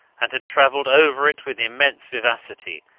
and had travelled over it with immense vivacity,